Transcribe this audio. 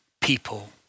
people